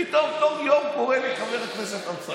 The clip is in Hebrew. פתאום, תוך יום, הוא קורא לי חבר הכנסת אמסלם.